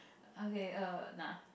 okay err nah